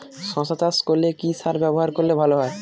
শশা চাষ করলে কি সার ব্যবহার করলে ভালো হয়?